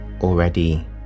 already